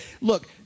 look